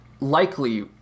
likely